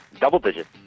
double-digit